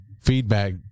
feedback